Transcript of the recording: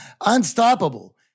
unstoppable